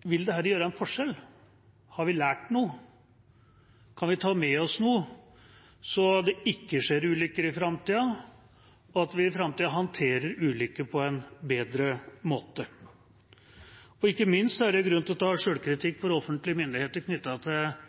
hvorvidt dette vil gjøre en forskjell. Har vi lært noe? Kan vi ta med oss noe så det ikke skjer ulykker i framtida, og at vi i framtida håndterer ulykker på en bedre måte? Ikke minst er det grunn for offentlige myndigheter til å ta